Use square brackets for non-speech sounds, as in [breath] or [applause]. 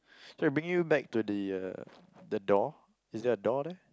[breath] k I'm bringing you back to the uh the door is there a door there